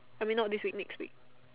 I mean not this week next week